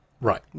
Right